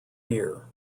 year